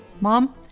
Mom